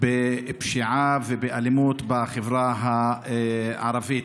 בפשיעה ובאלימות בחברה הערבית.